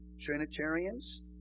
Trinitarians